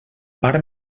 part